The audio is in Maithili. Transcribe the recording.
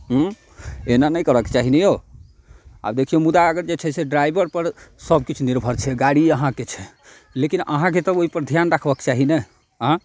एना नहि करऽके चाही नहि यौ आब देखिऔ मुदा अगर जे छै ड्राइवरपर सबकिछु निर्भर छै गाड़ी अहाँके छै लेकिन अहाँके तऽ ओहिपर धिआन रखबाके चाही ने आँ